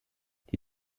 die